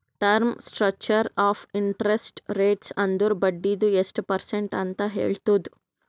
term structure of interest rates ಅಂದುರ್ ಬಡ್ಡಿದು ಎಸ್ಟ್ ಪರ್ಸೆಂಟ್ ಅಂತ್ ಹೇಳ್ತುದ್